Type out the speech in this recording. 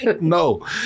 No